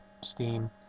steam